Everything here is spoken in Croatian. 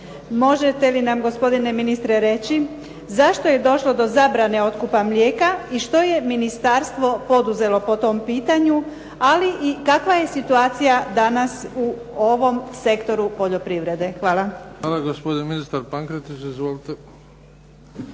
Možete li nam, gospodine ministre, reći zašto je došlo do zabrane otkupa mlijeka i što je ministarstvo poduzelo po tom pitanju, ali i kakva je situacija danas u ovom sektoru poljoprivrede? Hvala. **Bebić, Luka (HDZ)** Hvala. Gospodin ministar Pankretić. Izvolite.